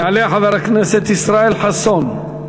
יעלה חבר הכנסת ישראל חסון,